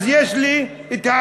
אז יש לי האליבי,